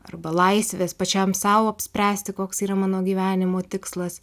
arba laisvės pačiam sau apspręsti koks yra mano gyvenimo tikslas